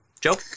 Joe